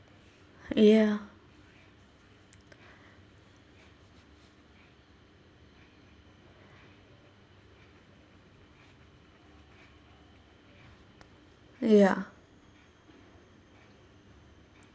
ya ya